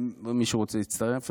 מישהו רוצה להצטרף?